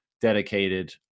dedicated